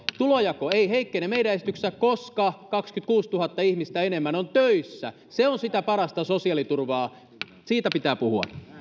tulonjako ei heikkene meidän esityksessä koska kaksikymmentäkuusituhatta ihmistä enemmän on töissä se on sitä parasta sosiaaliturvaa siitä pitää puhua